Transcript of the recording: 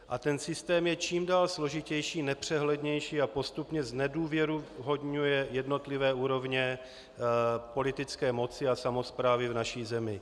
A ten systém je čím dál složitější, nepřehlednější a postupně znedůvěryhodňuje jednotlivé úrovně politické moci a samosprávy v naší zemi.